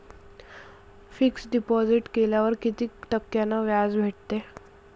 Fix deposit केल्यावर कितीक टक्क्यान व्याज भेटते?